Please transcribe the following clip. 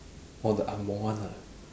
orh the angmoh one ah